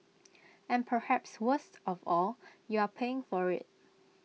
and perhaps worst of all you are paying for IT